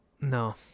no